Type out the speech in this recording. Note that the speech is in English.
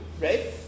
right